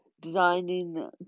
designing